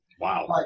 Wow